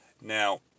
Now